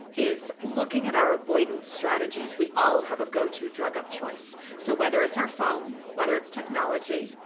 is looking at our avoidance strategies. we all have a go-to drug of choice. so whether it's our phone, whether it's technology,